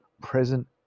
present